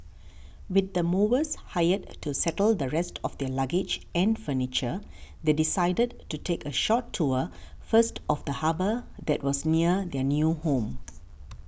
with the movers hired to settle the rest of their luggage and furniture they decided to take a short tour first of the harbour that was near their new home